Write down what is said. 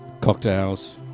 cocktails